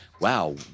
wow